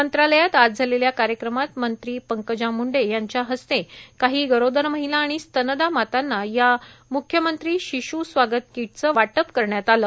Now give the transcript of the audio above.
मंत्रालयात आज झालेल्या कार्यक्रमात मंत्री पंकजा मुंडे यांच्या हस्ते काही गरोदर महिला आणि स्तनदा मातांना या मुख्यमंत्री शिश् स्वागत कीटचे वाटप करण्यात आले